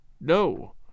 no